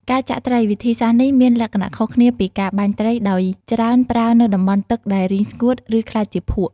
ការចាក់ត្រី វិធីសាស្ត្រនេះមានលក្ខណៈខុសគ្នាពីការបាញ់ត្រី ដោយច្រើនប្រើនៅតំបន់ទឹកដែលរីងស្ងួត ឬក្លាយជាភក់។